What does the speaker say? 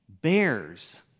bears